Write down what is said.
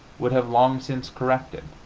would have long since corrected?